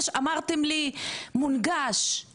ואנחנו פשוט נותנים שירות מדהים,